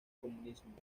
comunismo